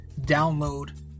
download